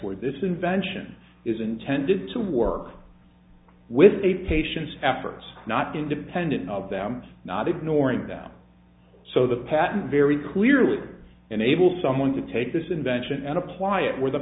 where this invention is intended to work with a patient's efforts not independent of them not ignoring them so the patent very clearly enable someone to take this invention and apply it where the